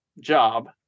job